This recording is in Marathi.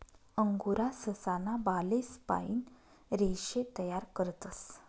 अंगोरा ससा ना बालेस पाइन रेशे तयार करतस